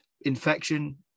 infection